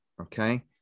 Okay